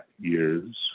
years